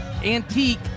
antique